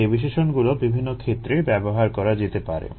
এই বিশেষণগুলো বিভিন্ন ক্ষেত্রেই ব্যবহার করা যেতে পারে